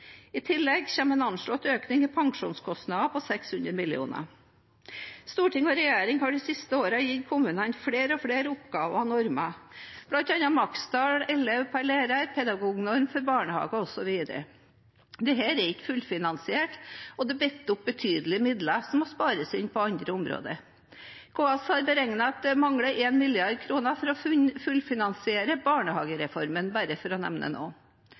I tillegg kommer en anslått økning i pensjonskostnader på 600 mill. kr. Stortinget og regjeringen har de siste årene gitt kommunene flere og flere oppgaver og normer, bl.a. makstall, elev per lærer, pedagognorm for barnehager, osv. Dette er ikke fullfinansiert, og det binder opp betydelige midler som må spares inn på andre områder. KS har beregnet at det mangler 1 mrd. kr for å fullfinansiere barnehagereformen, bare for å nevne